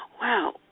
wow